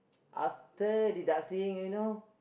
after deducting you know